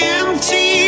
empty